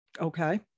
okay